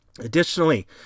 Additionally